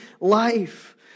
life